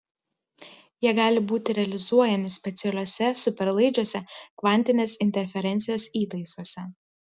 jie gali būti realizuojami specialiuose superlaidžiuose kvantinės interferencijos įtaisuose